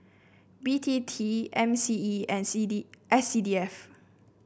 B T T M C E and C D S C D F